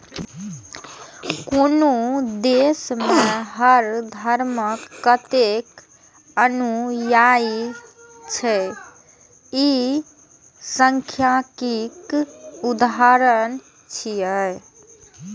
कोनो देश मे हर धर्मक कतेक अनुयायी छै, ई सांख्यिकीक उदाहरण छियै